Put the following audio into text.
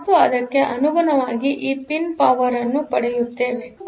ಮತ್ತು ಅದಕ್ಕೆ ಅನುಗುಣವಾಗಿ ಈ ಪಿನ್ ಪವರ್ ಅನ್ನು ಪಡೆಯುತ್ತೇವೆ